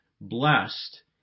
Blessed